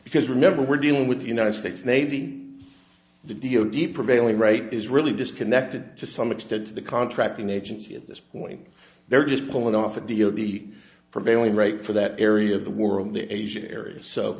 because whenever we're dealing with the united states navy the deal the prevailing rate is really disconnected to some extent to the contracting agency at this point they're just pulling off a deal the prevailing rate for that area of the world the asian area so